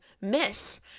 miss